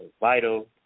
vital